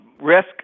risk